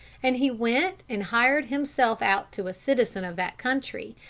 and he went and hired himself out to a citizen of that country,